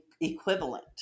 Equivalent